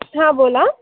हां बोला